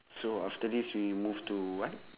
so after this we move to what